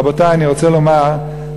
רבותי, אני רוצה לומר: